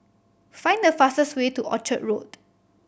find the fastest way to Orchard Road